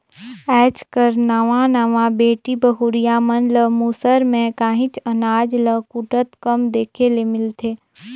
आएज कर नावा नावा बेटी बहुरिया मन ल मूसर में काहींच अनाज ल कूटत कम देखे ले मिलथे